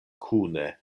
kune